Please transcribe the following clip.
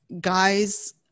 guys